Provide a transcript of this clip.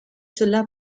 cela